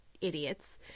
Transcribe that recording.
idiots